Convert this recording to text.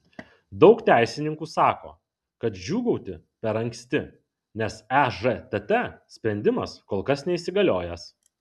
daug teisininkų sako kad džiūgauti per anksti nes ežtt sprendimas kol kas neįsigaliojęs